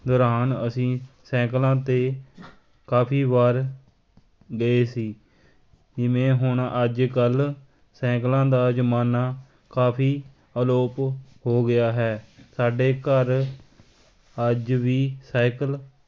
ਦੌਰਾਨ ਅਸੀਂ ਸਾਈਕਲਾਂ 'ਤੇ ਕਾਫੀ ਵਾਰ ਗਏ ਸੀ ਇਵੇਂ ਹੁਣ ਅੱਜ ਕੱਲ੍ਹ ਸਾਈਕਲਾਂ ਦਾ ਜ਼ਮਾਨਾ ਕਾਫੀ ਅਲੋਪ ਹੋ ਗਿਆ ਹੈ ਸਾਡੇ ਘਰ ਅੱਜ ਵੀ ਸਾਈਕਲ